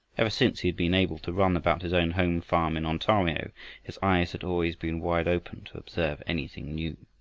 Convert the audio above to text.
ever since he had been able to run about his own home farm in ontario his eyes had always been wide open to observe anything new.